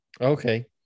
Okay